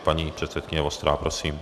Paní předsedkyně Vostrá, prosím.